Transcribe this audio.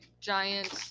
giant